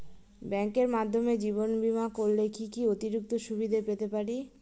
ব্যাংকের মাধ্যমে জীবন বীমা করলে কি কি অতিরিক্ত সুবিধে পেতে পারি?